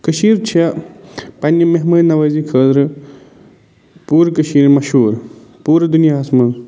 کٔشیٖر چھےٚ پَنٛنہِ مہمان نوٲزی خٲطرٕ پوٗرٕ کٔشیٖر مہشوٗر پوٗرٕ دُنیاہَس منٛز